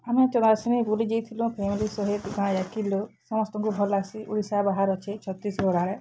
ଆମେ ଚରାଶିନି ବୁଲି ଯାଇଥିଲୁଁ ଫ୍ୟାମିଲି ସହିତ୍ ଗାଁ ଜାକିର୍ ଲୋକ୍ ସମସ୍ତଙ୍କୁ ଭଲ ଲାଗ୍ସି ଓଡ଼ିଶା ବାହାର ଅଛେ ଛତିଶଗଡ଼୍ ଆଡ଼େ